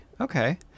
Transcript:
okay